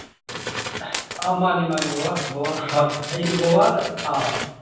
ꯑꯧ ꯃꯥꯅꯤ ꯃꯥꯅꯤ ꯕꯕꯥ ꯕꯕꯥ ꯍꯣꯏ ꯑꯩꯁꯨ ꯕꯕꯥꯗ ꯑꯥ